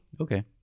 Okay